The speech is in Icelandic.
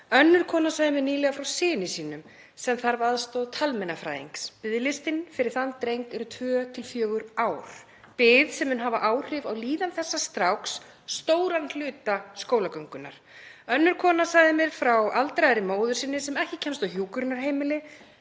Önnur kona sagði mér nýlega frá syni sínum sem þarf aðstoð talmeinafræðings. Biðlistinn fyrir þann dreng er 2–4 ár; bið sem mun hafa áhrif á líðan þessa stráks stóran hluta skólagöngunnar. Önnur kona sagði mér frá aldraðri móður sinni sem ekki kemst á hjúkrunarheimili